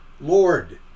Lord